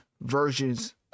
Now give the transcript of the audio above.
versions